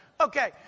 Okay